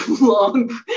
long